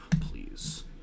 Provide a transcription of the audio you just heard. please